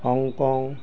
Hong Kong